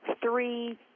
three